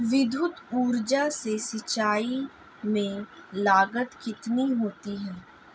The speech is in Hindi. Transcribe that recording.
विद्युत ऊर्जा से सिंचाई में लागत कितनी होती है?